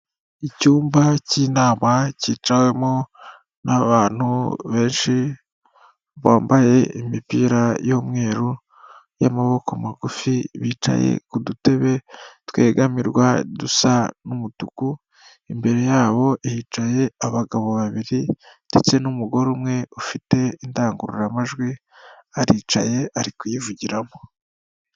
Icyumba cy'inama cyicawemo n'abantu benshi bambaye imipira y'umweru y'amaboko magufi, bicaye ku dutebe twegamirwa dusa n'umutuku, imbere yabo hicaye abagabo babiri ndetse n'umugore umwe ufite indangururamajwi aricaye ari kuyivugiramo.